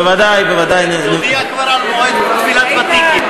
בוודאי, בוודאי, תודיע כבר על מועד תפילת ותיקין.